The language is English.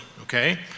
Okay